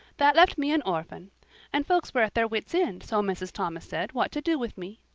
that left me an orphan and folks were at their wits' end, so mrs. thomas said, what to do with me.